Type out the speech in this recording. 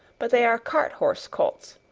but they are cart-horse colts,